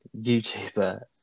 YouTuber